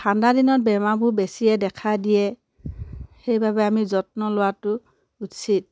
ঠাণ্ডা দিনত বেমাৰবোৰ বেছিয়ে দেখা দিয়ে সেইবাবে আমি যত্ন লোৱাটো উচিত